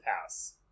house